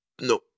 no